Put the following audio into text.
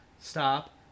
stop